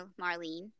Marlene